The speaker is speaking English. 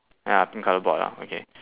ya pink colour board lah okay